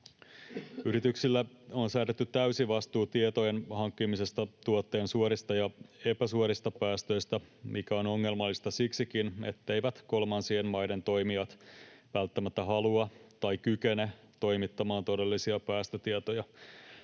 Yrityksille on säädetty täysi vastuu tietojen hankkimisesta tuotteen suorista ja epäsuorista päästöistä, mikä on ongelmallista siksikin, etteivät kolmansien maiden toimijat välttämättä halua tai kykene toimittamaan todellisia päästötietoja.